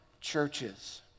churches